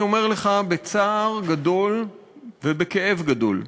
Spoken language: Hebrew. אני אומר לך בצער גדול ובכאב גדול,